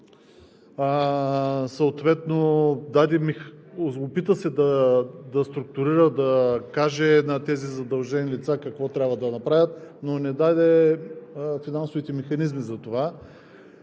Съответно се опитва да структурира, да каже на задължените лица какво трябва да направят, но не даде финансовите механизми за това